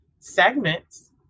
segments